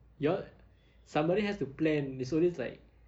you all somebody has to plan it's always like